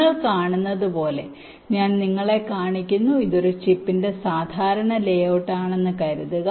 നിങ്ങൾ കാണുന്നതുപോലെ ഞാൻ നിങ്ങളെ കാണിക്കുന്നു ഇത് ഒരു ചിപ്പിന്റെ സാധാരണ ലേ ഔട്ട് ആണെന്ന് കരുതുക